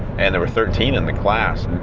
and there were thirteen in the class.